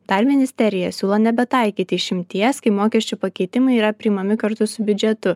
dar ministerija siūlo nebetaikyti išimties kai mokesčių pakeitimai yra priimami kartu su biudžetu